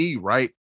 right